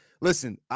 listen